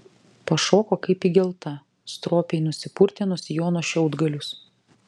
pašoko kaip įgelta stropiai nusipurtė nuo sijono šiaudgalius